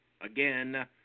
again